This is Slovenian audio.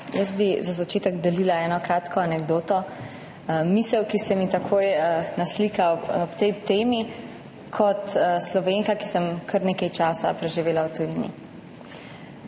Jaz bi za začetek delila eno kratko anekdoto, misel, ki se mi takoj naslika ob tej temi kot Slovenki, ki sem kar nekaj časa preživela v tujini.